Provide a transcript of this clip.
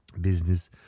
business